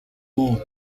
more